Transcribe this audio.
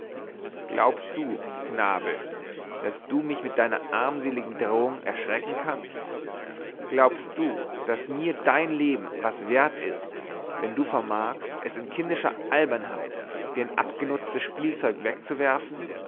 glaubst du knabe daß du mich mit deiner armseligen drohung erschrecken kannst glaubst du daß mir dein leben was wert ist wenn du vermagst es in kindischer albernheit wie ein abgenutztes spielzeug wegzuwerfen